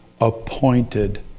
appointed